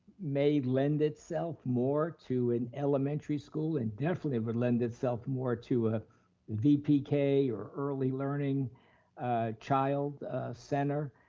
may lend itself more to an elementary school and definitely would lend itself more to a vpk or early learning child center.